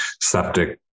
septic